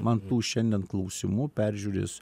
man tų šiandien klausimų peržiūrėjus